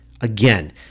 Again